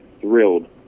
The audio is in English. thrilled